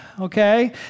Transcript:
okay